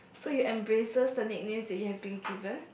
so you embraces the nicknames that you have been given